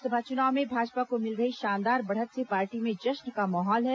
लोकसभा चुनाव में भाजपा को मिल रही शानदार बढ़त से पार्टी में जश्न का माहौल है